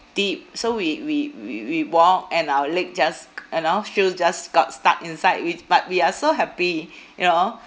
deep so we we we we walked and our leg just you know feel just got stuck inside it but we are so happy you know